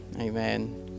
amen